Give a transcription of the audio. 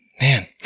man